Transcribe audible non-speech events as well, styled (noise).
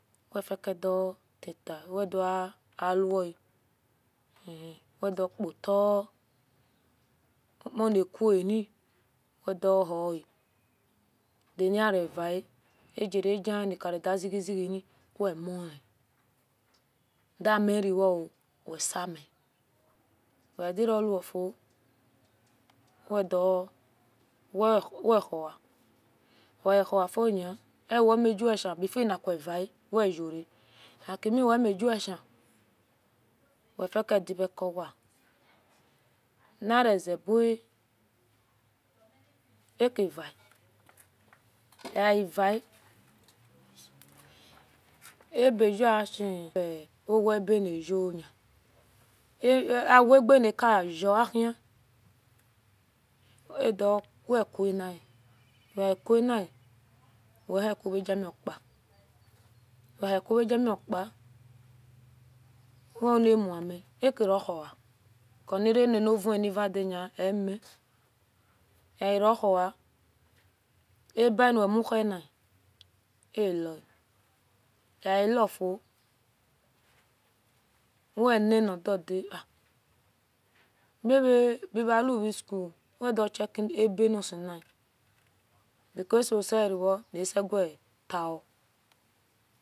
Wefikedoteta wedoawoa-ehi wedokota ukuniconi wedohoa behirva agerevengaziezieni wekimoni damiro wesimi wedirowofio (hesitation) weba weivafioni owemigeweshi before ekuliva weure akimiwemaniva evae ebeyoashna uwaebeniuoni awagenikayoahi wekuni weikuni wehieogerifa wehicogenipa weanimumi akirehoa because narelenoreni vidani omi aeroa ebanuwemunini ele elefio weninadoda a buwaluvschool weducheckebenasina because asoyero aseguetao